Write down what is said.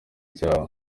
cyawe